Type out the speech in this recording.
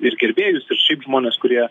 ir gerbėjus ir šiaip žmones kurie